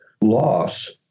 loss